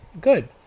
good